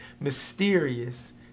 mysterious